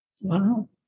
Wow